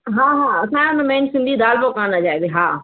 हा हा असांजो त मैन सिंधी दाल पकवान अॼु आहे बि आहे हा